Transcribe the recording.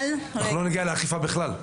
אנחנו לא נגיע לאכיפה בכלל.